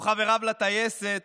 או חבריו לטייסת